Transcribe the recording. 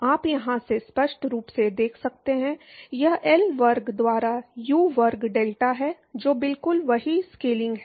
आप यहाँ से स्पष्ट रूप से देख सकते हैं यह L वर्ग द्वारा U वर्ग डेल्टा है जो बिल्कुल वही स्केलिंग है